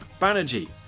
Banerjee